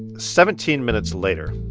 seventeen minutes later,